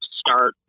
start